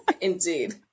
indeed